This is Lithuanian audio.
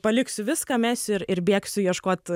paliksiu viską mesiu ir ir bėgsiu ieškot